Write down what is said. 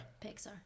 Pixar